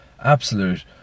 Absolute